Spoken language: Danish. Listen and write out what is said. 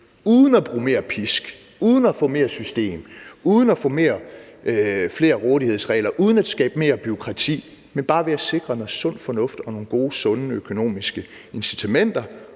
uden at bruge mere pisk, uden at få mere system, uden at få flere rådighedsregler, uden at skabe mere bureaukrati, men bare ved at sikre noget sund fornuft og nogle gode, sunde økonomiske incitamenter.